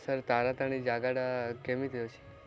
sir Taratarini ଜାଗାଟା କେମିତି ଅଛି